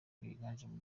biganjemo